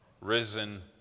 risen